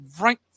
right